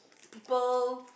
people